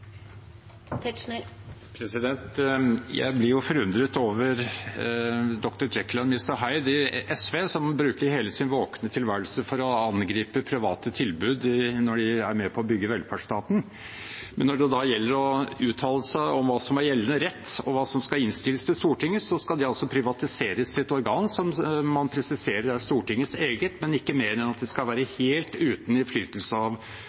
Jeg blir forundret over Dr. Jekyll og Mr. Hyde i SV, som bruker hele sin våkne tilværelse for å angripe private tilbud når de er med på å bygge velferdsstaten, men når det da gjelder å uttale seg om hva som er gjeldende rett, og hva som skal innstilles til Stortinget, skal det altså privatiseres til et organ som man presiserer er Stortingets eget, men ikke mer enn at det skal være helt uten innflytelse av